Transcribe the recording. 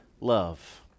Love